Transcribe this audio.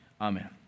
Amen